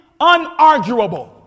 unarguable